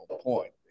point